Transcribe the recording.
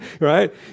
right